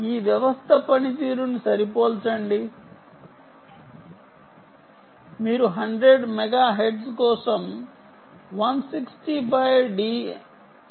ఈ వ్యవస్థ పనితీరును సరిపోల్చండి మీరు 100 మెగాహెర్ట్జ్ కోసం 165 D MIPS గురించి మాట్లాడుతారు